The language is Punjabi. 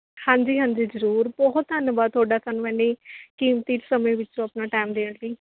ਹਾਂਜੀ ਹਾਂਜੀ ਜ਼ਰੂਰ ਬਹੁਤ ਧੰਨਵਾਦ ਤੁਹਾਡਾ ਸਾਨੂੰ ਇੰਨੀ ਕੀਮਤੀ ਸਮੇਂ ਵਿੱਚੋਂ ਆਪਣਾ ਟਾਇਮ ਦੇਣ ਲਈ